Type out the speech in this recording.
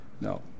No